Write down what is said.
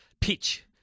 pitch